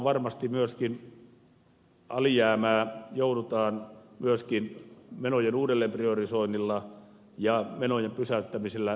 julkisen talouden alijäämää joudutaan jatkossa leikkaamaan myöskin menojen uudelleenpriorisoinnilla ja menojen pysäyttämisellä